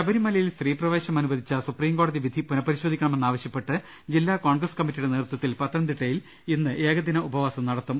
ശബരിമലയിൽ സ്ത്രീ പ്രവ്യേശം അനുവദിച്ച സുപ്രീംകോടതി വിധി പുനഃപരിശോധിക്കണമെന്നാവശ്യപ്പെട്ട് ജില്ലാ കോൺഗ്രസ് കമ്മ റ്റിയുടെ നേതൃത്വത്തിൽ പത്തനംതിട്ടയിൽ ഇന്ന് ഏകദിന ഉപവാസം നടത്തും